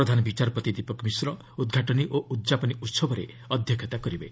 ପ୍ରଧାନ ବିଚାରପତି ଦୀପକ ମିଶ୍ର ଉଦ୍ଘାଟନୀ ଓ ଉଦ୍ଯାପନୀ ଭହବରେ ଅଧ୍ୟକ୍ଷତା କରିବେ